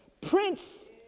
Prince